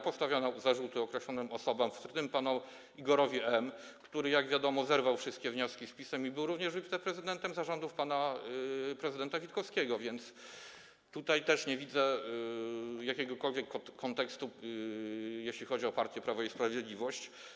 Postawiono zarzuty określonym osobom, w tym panu Igorowi M., który - jak wiadomo - zerwał wszystkie związki z PiS i był również wiceprezydentem za rządów pana prezydenta Witkowskiego, więc tutaj też nie widzę jakiegokolwiek kontekstu, jeśli chodzi o partię Prawo i Sprawiedliwość.